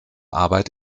arbeit